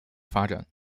发展